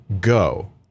Go